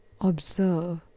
observe